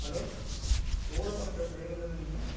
hello Ola auto driver தானே நீங்கள்